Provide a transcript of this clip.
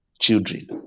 children